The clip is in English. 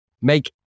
make